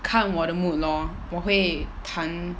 看我的 mood lor 我会弹